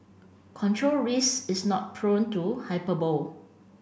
control risks is not prone to hyperbole